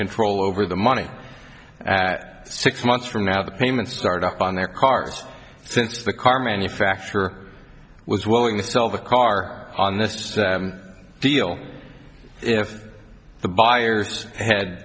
control over the money at six months from now the payments start up on their cars since the car manufacturer was willing to sell the car on mr deal if the buyers head